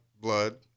blood